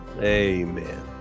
Amen